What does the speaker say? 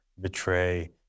betray